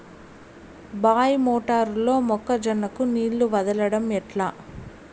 బాయి మోటారు లో మొక్క జొన్నకు నీళ్లు వదలడం ఎట్లా?